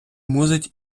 мусить